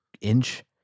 inch